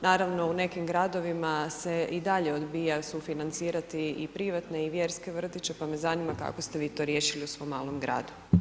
Naravno, u nekim gradovima se i dalje odbija sufinancirati i privatne i vjerske vrtiće, pa me zanima kako ste vi to riješili u svom malom gradu.